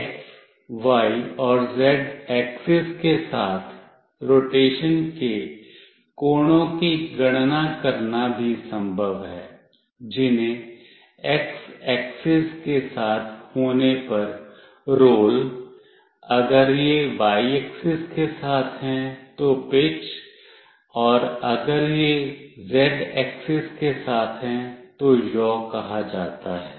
x y और z axis के साथ रोटेशन के कोणों की गणना करना भी संभव है जिन्हें x axis के साथ होने पर रोल अगर यह y axis के साथ है तो पिच और अगर यह z axis के साथ है तो यौ कहा जाता है